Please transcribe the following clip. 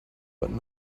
but